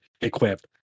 equipped